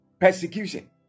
Persecution